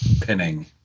pinning